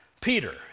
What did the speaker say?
Peter